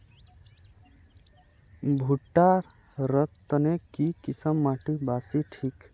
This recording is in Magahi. भुट्टा र तने की किसम माटी बासी ठिक?